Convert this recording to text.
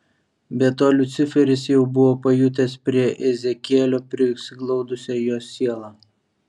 be to liuciferis jau buvo pajutęs prie ezekielio prisiglaudusią jos sielą